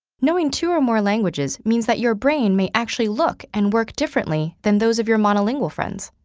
knowing two or more languages means that your brain may actually look and work differently than those of your monolingual friends.